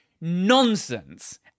nonsense